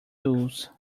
tools